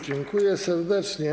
Dziękuję serdecznie.